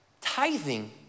Tithing